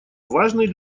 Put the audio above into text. важный